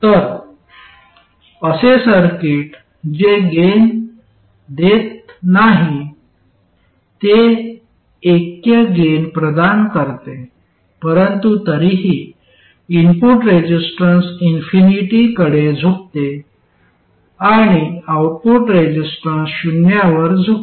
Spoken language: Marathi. तर असे सर्किट जे गेन देत नाही ते ऐक्य गेन प्रदान करते परंतु तरीही इनपुट रेसिस्टन्स इनफिनिटी कडे झुकते आणि आउटपुट रेसिस्टन्स शून्यावर झुकते